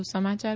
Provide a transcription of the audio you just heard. વધુ સમાચાર